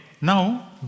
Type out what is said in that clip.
now